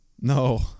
No